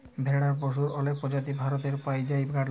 ভেড়ার পশুর অলেক প্রজাতি ভারতে পাই জাই গাড়ল